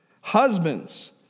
Husbands